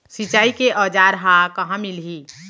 सिंचाई के औज़ार हा कहाँ मिलही?